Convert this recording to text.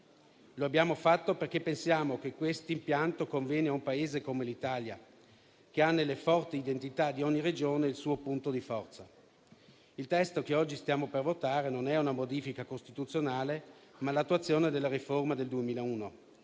Lo abbiamo fatto perché pensiamo che questo impianto convenga ad un Paese come l'Italia, che nelle forti identità di ogni Regione ha il suo punto di forza. Il testo che oggi stiamo per votare non è una modifica costituzionale, ma l'attuazione della riforma del 2001.